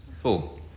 four